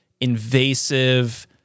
invasive